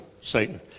Satan